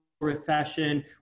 Recession